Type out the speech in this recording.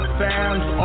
fans